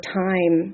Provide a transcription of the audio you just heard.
time